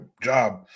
job